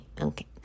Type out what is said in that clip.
okay